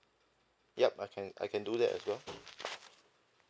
ya I can I can do that as well